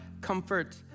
comfort